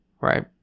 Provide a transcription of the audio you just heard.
Right